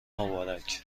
مبارک